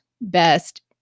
best